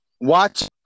Watch –